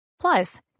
Plus